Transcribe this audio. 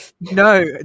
No